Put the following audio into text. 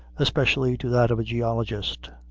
especially to that of a geologist.